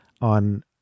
on